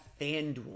FanDuel